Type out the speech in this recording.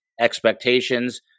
expectations